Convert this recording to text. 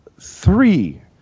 three